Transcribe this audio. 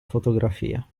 fotografia